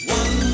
one